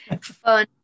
fun